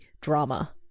drama